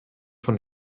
von